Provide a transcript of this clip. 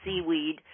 seaweed